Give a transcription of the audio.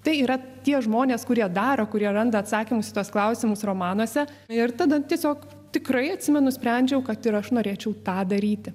tai yra tie žmonės kurie daro kurie randa atsakymus į tuos klausimus romanuose ir tada tiesiog tikrai atsimenu nusprendžiau kad ir aš norėčiau tą daryti